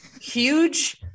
huge